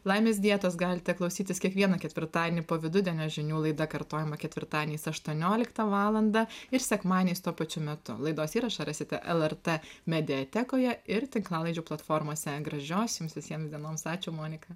laimės dietos galite klausytis kiekvieną ketvirtadienį po vidudienio žinių laida kartojama ketvirtadieniais aštuonioliktą valandą ir sekmadieniais tuo pačiu metu laidos įrašą rasite lrt mediatekoje ir tinklalaidžių platformose gražios jums visiems dienoms ačiū monika